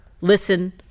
listen